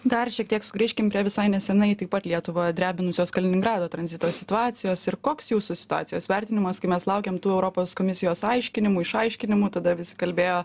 dar šiek tiek sugrįžkim prie visai neseiai taip pat lietuva drebinusios kaliningrado tranzito situacijos ir koks jūsų situacijos vertinimas kai mes laukėm tų europos komisijos aiškinimų išaiškinimų tada vis kalbėjo